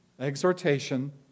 exhortation